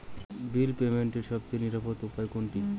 বিল পেমেন্টের সবচেয়ে নিরাপদ উপায় কোনটি?